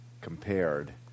compared